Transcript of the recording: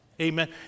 Amen